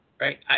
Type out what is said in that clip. Right